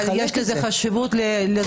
אבל יש לזה חשיבות לזמני